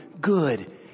good